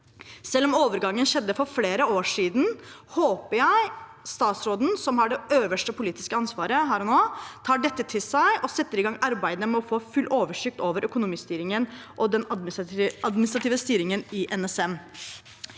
Selv om overgangen skjedde for flere år siden, håper jeg statsråden, som har det øverste politiske ansvaret her og nå, tar dette til seg og setter i gang arbeidet med å få full oversikt over økonomistyringen og den administrative styringen i NSM.